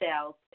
sales